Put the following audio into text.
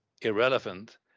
irrelevant